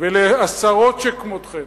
ולעשרות שכמותכם: